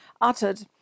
uttered